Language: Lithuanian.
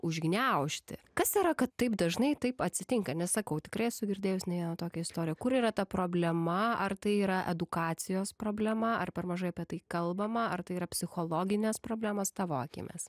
užgniaužti kas yra kad taip dažnai taip atsitinka nes sakau tikrai esu girdėjus ne vieną tokią istoriją kur yra ta problema ar tai yra edukacijos problema ar per mažai apie tai kalbama ar tai yra psichologinės problemos tavo akimis